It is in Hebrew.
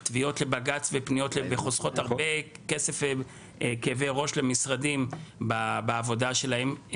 מונעות תביעות לבג"צ וחוסכות הרבה כסף וכאבי ראש למשרדים בעבודה שלהם.